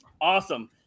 Awesome